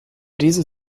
diese